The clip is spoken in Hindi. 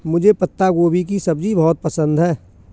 मुझे पत्ता गोभी की सब्जी बहुत पसंद है